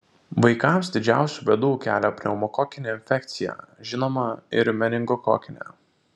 vaikams didžiausių bėdų kelia pneumokokinė infekcija žinoma ir meningokokinė